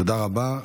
תודה רבה.